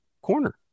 corner